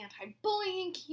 anti-bullying